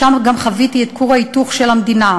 ושם גם חוויתי את כור ההיתוך של המדינה,